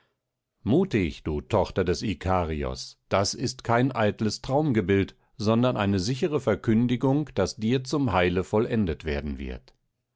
du tochter des ikarios das ist kein eitles traumgebild sondern eine sichere verkündigung die dir zum heile vollendet werden wird